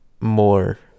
more